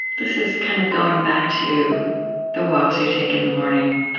this is kind of going back to the walks you take in the morning.